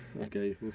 Okay